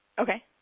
okay